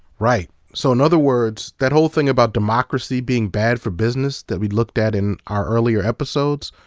right. so, in other words, that whole thing about democracy being bad for business that we looked at in our earlier episodes?